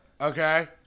Okay